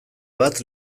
bat